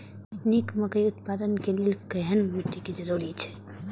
निक मकई उत्पादन के लेल केहेन मिट्टी के जरूरी छे?